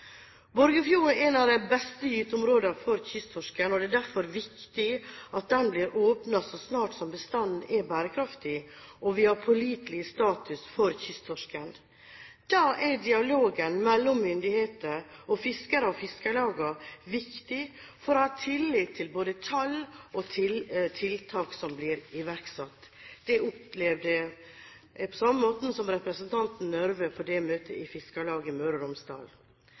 er et av de beste gyteområdene for kysttorsken, og det er derfor viktig at den blir åpnet så snart bestanden er bærekraftig og vi har pålitelig status for kysttorsken. Da er dialogen mellom myndigheter og fiskere og fiskerlagene viktig for å ha tillit til både tall og tiltak som blir iverksatt. Det opplevde jeg på samme måten som representanten Røbekk Nørve på det møtet i Møre og Romsdal